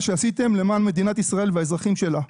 שעשיתם למען מדינת ישראל והאזרחים שלה.